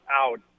out